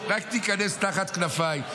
רק תיכנס תחת כנפיי,